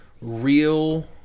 real